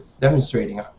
demonstrating